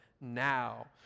now